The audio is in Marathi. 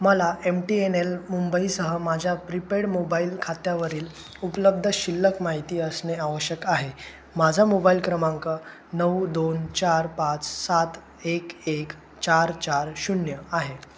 मला एम टी एन एल मुंबईसह माझ्या प्रिपेड मोबाईल खात्यावरील उपलब्ध शिल्लक माहिती असणे आवश्यक आहे माझा मोबाईल क्रमांक नऊ दोन चार पाच सात एक एक चार चार शून्य आहे